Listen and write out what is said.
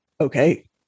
Okay